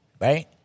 Right